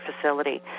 facility